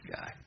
guy